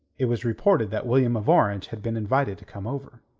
it was reported that william of orange had been invited to come over.